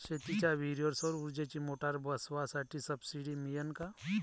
शेतीच्या विहीरीवर सौर ऊर्जेची मोटार बसवासाठी सबसीडी मिळन का?